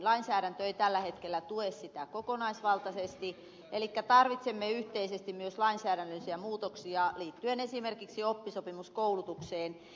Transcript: lainsäädäntö ei tällä hetkellä tue sitä kokonaisvaltaisesti elikkä tarvitsemme yhteisesti myös lainsäädännöllisiä muutoksia liittyen esimerkiksi oppisopimuskoulutukseen